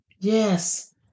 yes